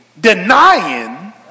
denying